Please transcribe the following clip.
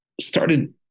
started